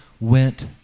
went